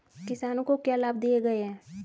किसानों को क्या लाभ दिए गए हैं?